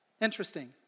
Interesting